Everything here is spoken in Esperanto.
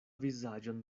vizaĝon